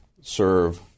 serve